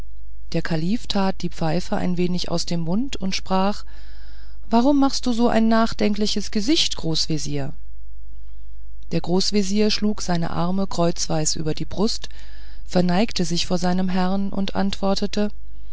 der kalif tat die pfeife ein wenig aus dem mund und sprach warum machst du ein so nachdenkliches gesicht großvezier der großvezier schlug seine arme kreuzweis über die brust verneigte sich vor seinem herrn und antwortete